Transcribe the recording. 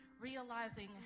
realizing